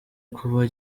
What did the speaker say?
kuba